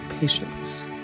patience